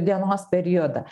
dienos periodą